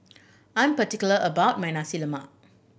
I'm particular about my Nasi Lemak